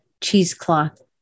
cheesecloth